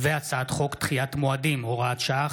הצעת חוק דחיית מועדים (הוראת שעה,